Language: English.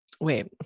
wait